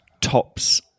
tops